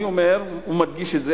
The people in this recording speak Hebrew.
אני אומר ומדגיש את זה.